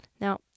Now